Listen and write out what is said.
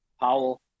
Powell